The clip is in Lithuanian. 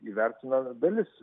įvertina dalis